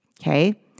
okay